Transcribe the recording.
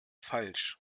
falsch